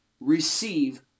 receive